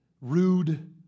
rude